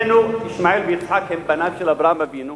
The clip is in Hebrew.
ישמעאל ויצחק הם בניו של אברהם אבינו,